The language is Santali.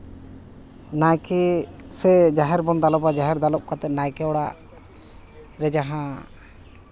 ᱱᱟᱭᱠᱮ ᱥᱮ ᱡᱟᱦᱮᱨ ᱵᱚᱱ ᱫᱟᱞᱚᱵᱟ ᱡᱟᱦᱮᱨ ᱫᱟᱞᱚᱵ ᱠᱟᱛᱮᱫ ᱱᱟᱭᱠᱮ ᱚᱲᱟᱜ ᱨᱮ ᱡᱟᱦᱟᱸ